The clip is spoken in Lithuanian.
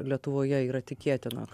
lietuvoje yra tikėtina